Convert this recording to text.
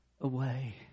away